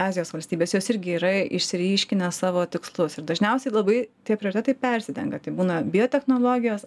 azijos valstybės jos irgi yra išsiryškinę savo tikslus ir dažniausiai labai tie prioritetai persidengia tai būna biotechnologijos